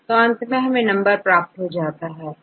तो अंत में हमें नंबर प्राप्त हो जाता है